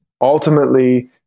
ultimately